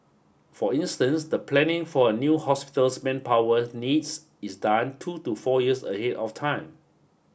for instance the planning for a new hospital's manpower needs is done two to four years ahead of time